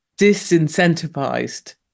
disincentivized